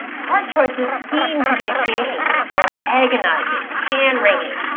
hard choices seem to be occasions for agonizing, hand-wringing,